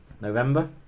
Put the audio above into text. November